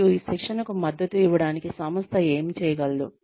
మరియు ఈ శిక్షణకు మద్దతు ఇవ్వడానికి సంస్థ ఏమి చేయగలదు